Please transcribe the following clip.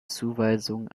zuweisung